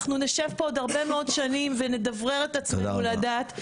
אנחנו נשב פה עוד הרבה מאוד שנים ונדברר את עצמנו לדעת.